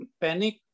Panic